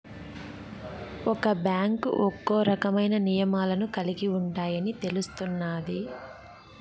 ఒక్క బ్యాంకు ఒక్కో రకమైన నియమాలను కలిగి ఉంటాయని తెలుస్తున్నాది